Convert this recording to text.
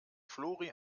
flori